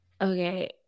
Okay